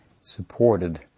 supported